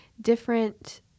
different